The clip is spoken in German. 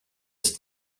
ist